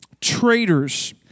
traitors